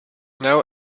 now